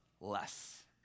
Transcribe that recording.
less